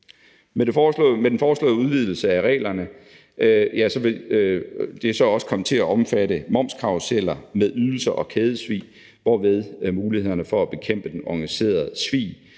Med den foreslåede udvidelse af reglerne vil det så også komme til at omfatte momskarruseller med ydelser og kædesvig, hvorved mulighederne for at bekæmpe den organiserede svig